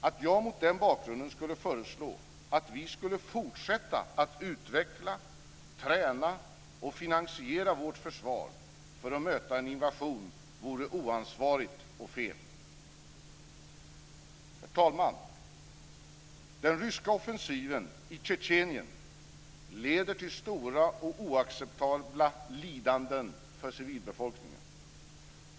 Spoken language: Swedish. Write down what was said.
Att jag mot den bakgrunden skulle föreslå att vi skulle fortsätta att utveckla, träna och finansiera vårt försvar för att möta en invasion vore oansvarigt och fel. Herr talman! Den ryska offensiven i Tjetjenien leder till stora och oacceptabla lidanden för civilbefolkningen.